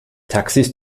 taxis